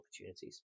opportunities